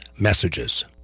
messages